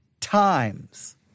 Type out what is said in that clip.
times